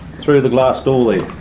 through the glass door